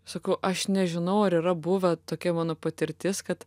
sakau aš nežinau ar yra buvę tokia mano patirtis kad